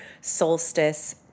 solstice